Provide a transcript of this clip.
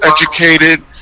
educated